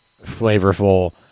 flavorful